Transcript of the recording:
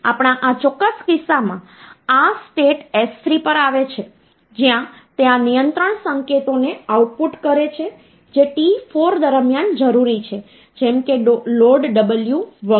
આપણા આ ચોક્કસ કિસ્સામાં આ સ્ટેટ s3 પર આવે છે જ્યાં તે આ નિયંત્રણ સંકેતોને આઉટપુટ કરે છે જે t4 દરમિયાન જરૂરી છે જેમ કે લોડ w વગેરે